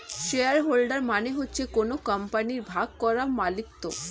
share holder মানে হচ্ছে কোন কোম্পানির ভাগ করা মালিকত্ব